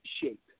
shape